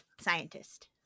scientist